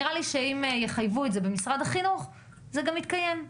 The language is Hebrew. נראה לי שאם יחייבו את זה במשרד החינוך זה גם יתקיים.